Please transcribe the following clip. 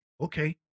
Okay